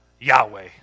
Yahweh